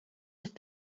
have